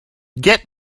get